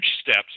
steps